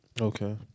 Okay